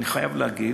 אני חייב להגיד,